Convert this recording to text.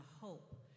hope